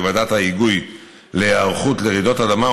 ועדת ההיגוי להיערכות לרעידות אדמה,